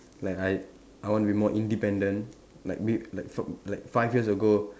like I I want to be more independent like be like fi like five years ago